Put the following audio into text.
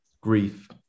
grief